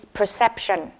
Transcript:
perception